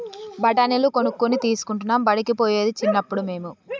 బఠాణీలు కొనుక్కొని తినుకుంటా బడికి పోయేది చిన్నప్పుడు మేము